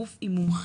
גוף עם מומחיות